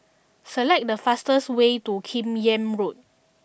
select the fastest way to Kim Yam Road